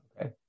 okay